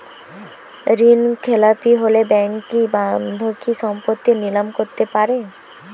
ঋণখেলাপি হলে ব্যাঙ্ক কি বন্ধকি সম্পত্তি নিলাম করতে পারে?